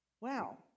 wow